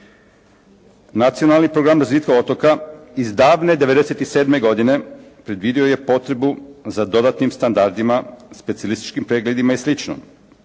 Nacionalni program razvitka otoka iz davne '97. godine predvidio je potrebu za dodatnim standardima, specijalističkim pregledima i